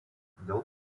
dėl